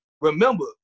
remember